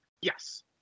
yes